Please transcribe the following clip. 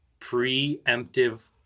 preemptive